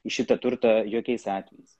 į šitą turtą jokiais atvejais